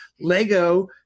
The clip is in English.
Lego